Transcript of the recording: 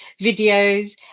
videos